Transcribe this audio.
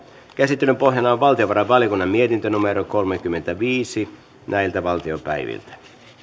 käsittelyn pohjana on valtiovarainvaliokunnan mietintö kolmekymmentäviisi